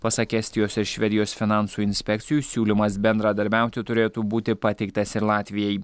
pasak estijos ir švedijos finansų inspekcijų siūlymas bendradarbiauti turėtų būti pateiktas ir latvijai